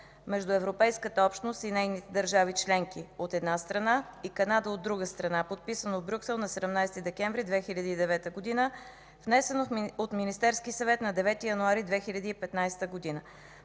между Европейската общност и нейните държави членки, от една страна, и Канада, от друга страна, подписано в Брюксел на 17 декември 2009 г., внесен от Министерския съвет на 9 януари 2015 г.